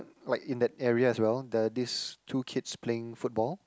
like in that area as well there are these two kids playing football